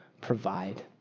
provide